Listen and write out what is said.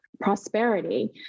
prosperity